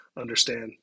understand